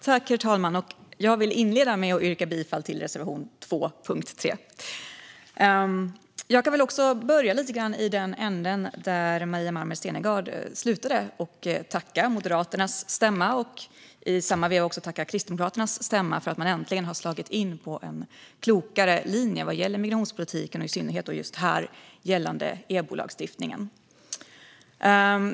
Herr talman! Jag vill inleda med att yrka bifall till reservation 2 under punkt 3. Jag kan också börja lite i den ände där Maria Malmer Stenergard slutade och tacka Moderaternas stämma och i samma veva också tacka Kristdemokraternas stämma för att man äntligen har slagit in på en klokare linje vad gäller migrationspolitiken och i synnerhet just när det gäller EBO-lagstiftningen.